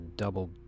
Double